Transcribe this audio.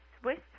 swiss